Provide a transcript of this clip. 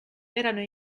erano